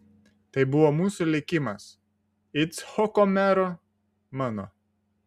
tai buvo mūsų likimas icchoko mero mano